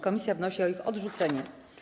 Komisja wnosi o ich odrzucenie.